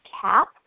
cap